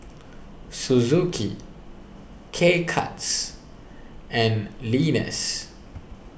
Suzuki K Cuts and Lenas